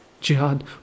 Jihad